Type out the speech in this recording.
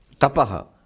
tapaha